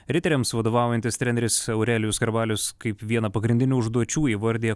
riteriams vadovaujantis treneris aurelijus skarbalius kaip vieną pagrindinių užduočių įvardija